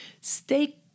stay